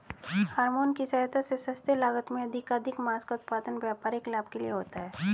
hormone की सहायता से सस्ते लागत में अधिकाधिक माँस का उत्पादन व्यापारिक लाभ के लिए होता है